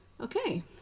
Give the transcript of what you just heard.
Okay